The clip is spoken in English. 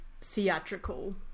theatrical